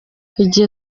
igihe